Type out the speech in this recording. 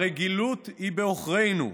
הרגילות היא בעוכרינו,